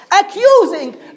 accusing